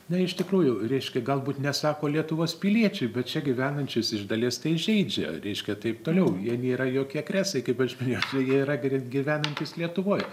na iš tikrųjų reiškia galbūt nesako lietuvos piliečiui bet čia gyvenančius iš dalies tai žeidžia reiškia taip toliau jie nėra jokie kresai kaip aš minėjau jie yra gy gyvenantys lietuvoj